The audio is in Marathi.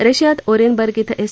रशियात ओरेनबर्ग इथं एस